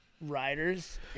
riders